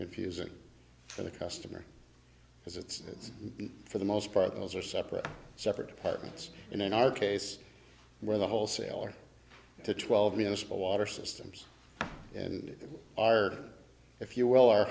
confusing for the customer because it's for the most part those are separate separate departments and in our case where the wholesaler to twelve municipal water systems and our if you will our